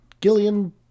Gillian